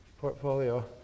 portfolio